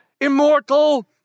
immortal